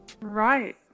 right